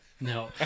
No